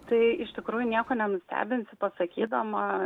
tai iš tikrųjų nieko nenustebinsiu pasakydama